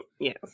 Yes